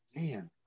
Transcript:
man